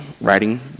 writing